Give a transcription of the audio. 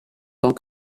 temps